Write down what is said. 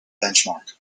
benchmark